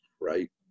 right